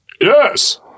Yes